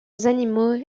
animaux